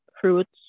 fruits